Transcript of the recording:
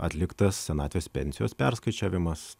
atliktas senatvės pensijos perskaičiavimas